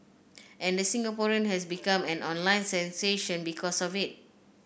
and the Singaporean has become an online sensation because of it